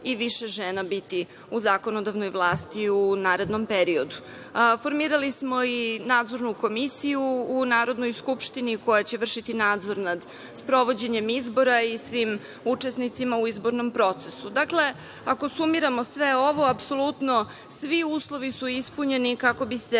i više žena biti u zakonodavnoj vlasti, u narednom periodu. Formirali smo i Nadzornu komisiju u Narodnoj skupštini, koja će vršiti nadzor nad sprovođenjem izbora i svim učesnicima u izbornom procesu. Dakle, ako sumiramo sve ovo, apsolutno svi uslovi su ispunjeni kako bi se